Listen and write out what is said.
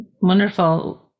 Wonderful